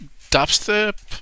dubstep